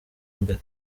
mbere